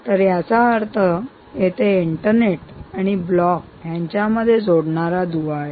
तर याचा अर्थ येथे इंटरनेट आणि ब्लॉक यांच्यामध्ये जोडणारा दुवा आहे